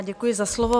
Děkuji za slovo.